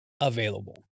available